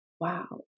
wow